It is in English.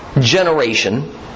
generation